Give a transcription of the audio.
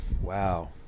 wow